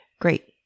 great